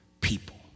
people